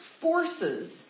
forces